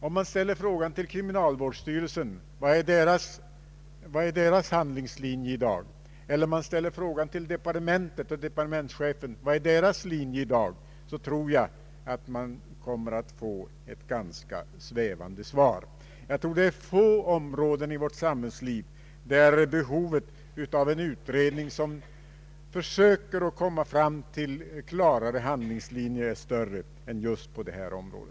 Om man frågar kriminalvårdsstyrelsen eller justitiedepartementet vilka handlingslinjer de har tänkt sig, så tror jag att man kommer att få ett ganska svävande svar. Det är säkerligen få områden i vårt samhällsliv där behovet av en utredning med uppgift att söka komma fram till klarare handlingslinjer är större än just på detta område.